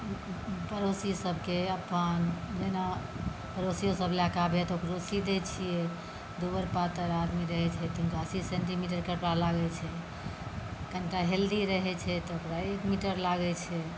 पड़ोसी सभकेँ अपन जेना पड़ोसिओ सभ लए कऽ आबैए तऽ ओकरो सी दै छियै दुबर पातर आदमी रहै छै तऽ हुनका अस्सी सेंटीमीटर कपड़ा लागै छै कनिटा हेल्दी रहै छै तऽ ओकरा एक मिटर लागै छै